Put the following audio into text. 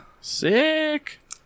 Sick